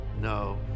No